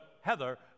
Heather